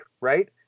right